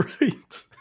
right